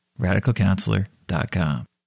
RadicalCounselor.com